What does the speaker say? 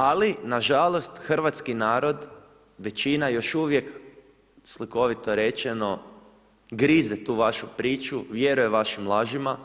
Ali, nažalost hrvatski narod, većina još uvijek, slikovito rečeno, grize tu vašu priču, vjeruje vašim lažima